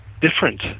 different